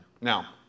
Now